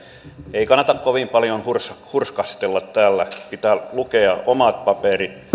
ei kannata kovin paljon hurskastella hurskastella täällä pitää lukea omat paperit